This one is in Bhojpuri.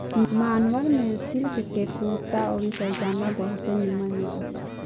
मान्यवर में सिलिक के कुर्ता आउर पयजामा बहुते निमन मिलेला